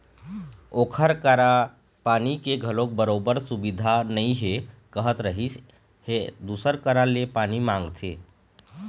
ओखर करा पानी के घलोक बरोबर सुबिधा नइ हे कहत रिहिस हे दूसर करा ले पानी मांगथे